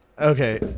Okay